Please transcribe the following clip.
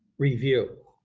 review.